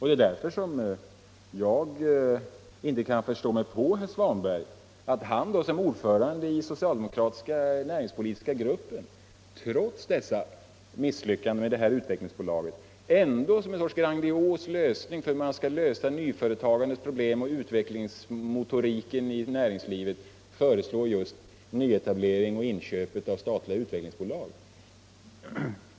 Det är därför som jag inte kan förstå mig på herr Svanberg när han som ordförande i den socialdemokratiska näringspolitiska gruppen, trots dessa misslyckanden med Utvecklingsbolaget, ändå som någon sorts grandios lösning för hur man skall klara nyföretagandets problem och utvecklingsmotoriken i näringslivet föreslår just nyetablering och inköp av statliga utvecklingsbolag.